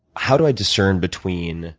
how do i discern between